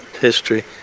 history